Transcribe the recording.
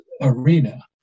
arena